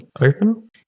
open